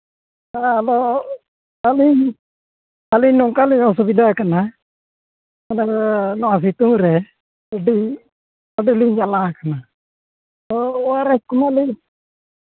ᱦᱮᱸ ᱟᱫᱚ ᱟᱹᱞᱤᱧ ᱟᱹᱞᱤᱧ ᱱᱚᱝᱠᱟᱞᱤᱧ ᱚᱥᱩᱵᱤᱫᱟ ᱟᱠᱟᱱᱟ ᱟᱫᱚ ᱱᱚᱣᱟ ᱥᱤᱛᱩᱝ ᱨᱮ ᱟᱹᱰᱤ ᱟᱹᱰᱤᱞᱤᱧ ᱡᱟᱞᱟᱠᱟᱱᱟ ᱛᱚ ᱚᱣᱟᱨᱮᱥ ᱠᱚᱢᱟ ᱞᱤᱧ